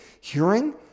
hearing